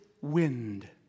wind